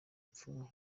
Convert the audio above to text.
ipfunwe